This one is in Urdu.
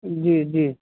جی جی